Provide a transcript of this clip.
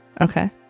Okay